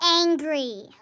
angry